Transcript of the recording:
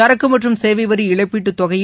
சரக்கு மற்றும் சேவை வரி இழப்பீட்டுத் தொகையில்